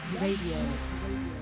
Radio